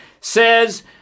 says